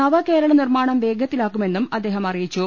നവകേരളനിർമ്മാണം വേഗത്തിലാക്കുമെന്നും അദ്ദേഹം അറിയിച്ചു